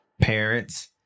parents